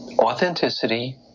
authenticity